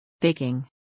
Baking